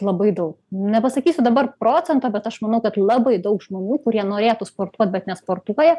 labai daug nepasakysiu dabar procento bet aš manau kad labai daug žmonių kurie norėtų sportuot bet nesportuoja